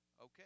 okay